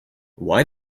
why